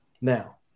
Now